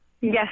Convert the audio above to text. yes